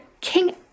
King